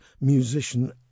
musician